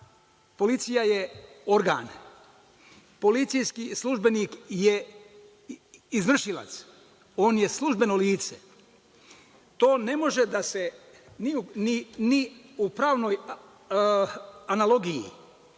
policija je organ, policijski službenik je izvršilac, on je službeno lice. To ne može ni da se u pravnoj analogiji,